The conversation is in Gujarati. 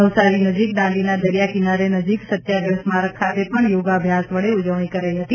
નવસારી નજીક દાંડીના દરિયા કિનારે નજીક સત્યાગ્રહ સ્મારક ખાતે પણ યોગભ્યાસ વડે ઉજવણી કરાઈ હતી